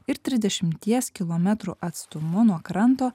ir trisdešimties kilometrų atstumu nuo kranto